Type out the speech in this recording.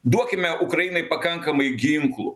duokime ukrainai pakankamai ginklų